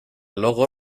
logo